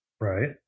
Right